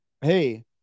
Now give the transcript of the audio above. Hey